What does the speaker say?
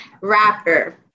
rapper